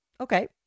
Okay